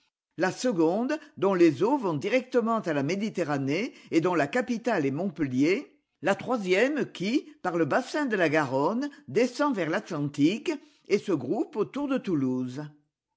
la seconde dont les eaux vont directement à la méditerranée et dont la capitale est montpellier la troisième qui par le bassin de la garonne descend vers l'atlantique et se groupe autour de toulouse